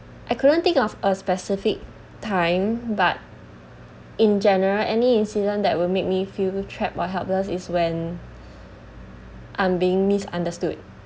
I couldn't think of a specific time but in general any incident that will make me feel trapped or helpless is when I'm being misunderstood